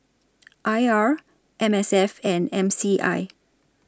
I R M S F and M C I